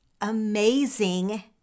amazing